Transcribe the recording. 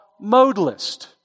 modalist